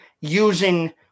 using